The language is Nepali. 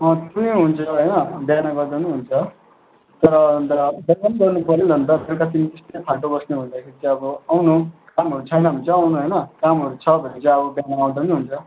अँ त्यो पनि हुन्छ एउटा होइन बिहान गर्दा पनि हुन्छ तर अन्त बस्नु भन्दाखेरि चाहिँ अब आउनु कामहरू छैन भने चाहिँ आउनु होइन कामहरू छ भने चाहिँ अब बिहान आउँदा पनि हुन्छ